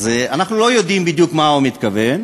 אז אנחנו לא יודעים בדיוק למה הוא מתכוון,